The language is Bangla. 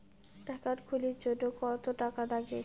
একাউন্ট খুলির জন্যে কত টাকা নাগে?